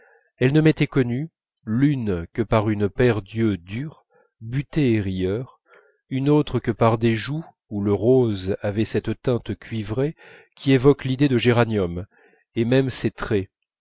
elles ne m'étaient connues l'une que par une paire d'yeux durs butés et rieurs une autre que par des joues où le rose avait cette teinte cuivrée qui évoque l'idée de géranium et même ces traits